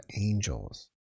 angels